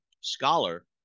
scholar